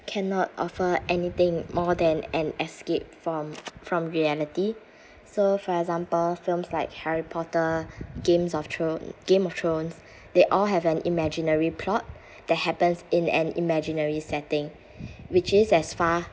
cannot offer anything more than an escape from from reality so for example films like harry potter games of thro~ game of thrones they all have an imaginary plot that happens in an imaginary setting which is as far